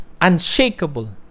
unshakable